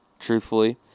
truthfully